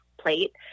plate